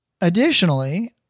Additionally